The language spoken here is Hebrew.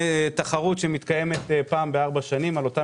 תחרות שמתקיימת פעם בארבע שנים על אותם